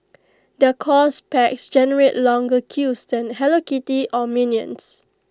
their course packs generate longer queues than hello kitty or minions